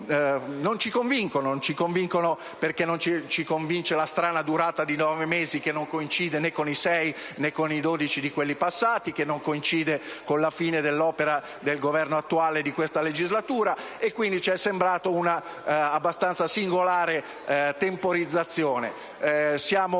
non ci convincono: non ci convince la strana durata di nove mesi, che non coincide né con i sei né con i dodici del passato e non coincide con la fine dell'opera del Governo attuale di questa legislatura, e quindi ci è sembrata un temporizzazione